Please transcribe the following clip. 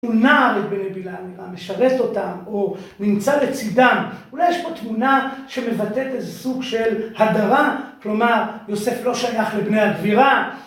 תמונה לבני בילה נראה, משרת אותם או נמצא לצדם. אולי יש פה תמונה שמבטאת איזה סוג של הדרה. כלומר, יוסף לא שייך לבני הגבירה.